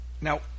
Now